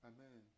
Amen